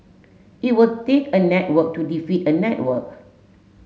it will take a network to defeat a network